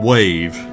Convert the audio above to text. Wave